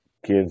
Kids